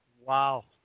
Wow